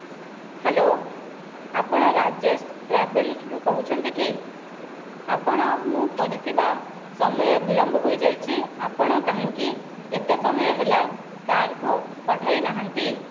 hello ଆପଣ ରାଜେଶ ଟ୍ରାଭେଲରୁ କହୁଛନ୍ତି କି ଆପଣ ମୁଁ କରିଥିବା ସମୟ ବିଳମ୍ବ ହୋଇ ଯାଇଛି ଆପଣ କାହିଁକି ଏତେ ସମୟ ହେଲା କାର୍କୁ ପଠାଇ ନାହାନ୍ତି